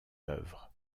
œuvres